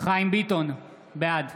חיים ביטון, בעד